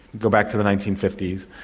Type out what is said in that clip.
go back to the nineteen fifty s,